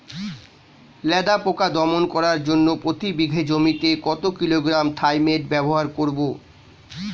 লেদা পোকা দমন করার জন্য প্রতি বিঘা জমিতে কত কিলোগ্রাম থাইমেট ব্যবহার করব?